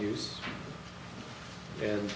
use and